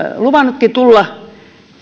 luvannutkin tulla